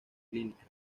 clínicas